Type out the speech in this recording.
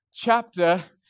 chapter